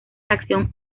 acción